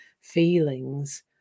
feelings